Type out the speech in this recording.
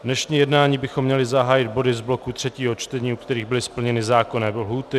Dnešní jednání bychom měli zahájit body z bloku třetího čtení, u kterých byly splněny zákonné lhůty.